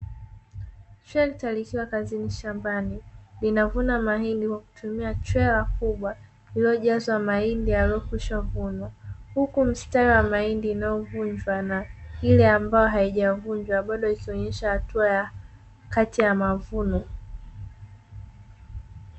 Trekta likiwa kazini shambani linavuna mahindi kwa kutumia trela kubwa lililojazwa mahindi yaliyokwishavunwa, huku mstari wa mahindi inayovunjwa na kile ambayo haijavunjwa bado ikionyesha hatua ya kati ya mavuno.